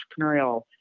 entrepreneurial